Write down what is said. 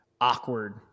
awkward